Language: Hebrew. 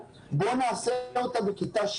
הוא אמר שהקים בקרה,